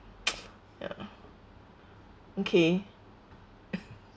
y okay